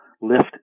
lift